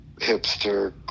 hipster